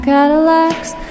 Cadillacs